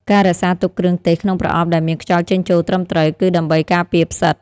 ការរក្សាទុកគ្រឿងទេសក្នុងប្រអប់ដែលមានខ្យល់ចេញចូលត្រឹមត្រូវ គឺដើម្បីការពារផ្សិត។